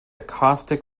caustic